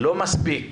לא מספיק